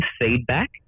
feedback